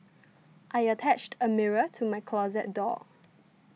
I attached a mirror to my closet door